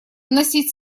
вносить